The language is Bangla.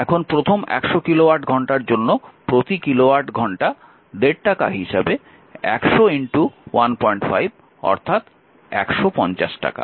এখন প্রথম 100 কিলোওয়াট ঘন্টার জন্য প্রতি কিলোওয়াট ঘন্টা 15 টাকা হিসাবে 10015 অর্থাৎ 150 টাকা